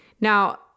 Now